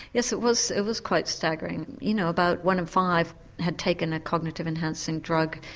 yes it was it was quite staggering. you know, about one in five had taken a cognitive enhancing drug,